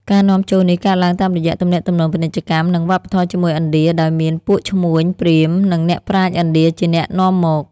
ការនាំចូលនេះកើតឡើងតាមរយៈទំនាក់ទំនងពាណិជ្ជកម្ម និងវប្បធម៌ជាមួយឥណ្ឌា ដោយមានពួកឈ្មួញ ព្រាហ្មណ៍ និងអ្នកប្រាជ្ញឥណ្ឌាជាអ្នកនាំមក។